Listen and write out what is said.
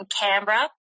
Canberra